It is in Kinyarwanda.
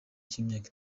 cy’imyaka